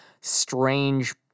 strange